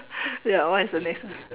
that one is the next one